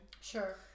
Sure